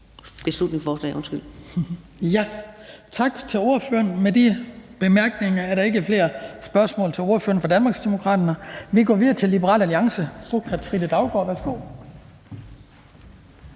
Kristian Skibby): Tak til ordføreren. Med de bemærkninger er der ikke flere spørgsmål til ordføreren for Danmarksdemokraterne. Vi går videre til Liberal Alliances fru Katrine Daugaard. Værsgo.